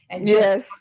Yes